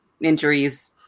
injuries